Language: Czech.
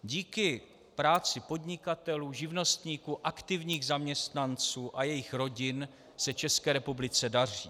Díky práci podnikatelů, živnostníků, aktivních zaměstnanců a jejich rodin se České republice daří.